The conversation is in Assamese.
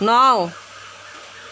ন